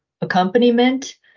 accompaniment